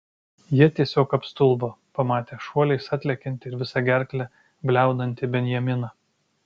jie tiesiog apstulbo pamatę šuoliais atlekiantį ir visa gerkle bliaunantį benjaminą